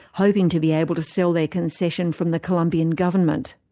hoping to be able to sell their concession from the colombian government.